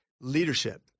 leadership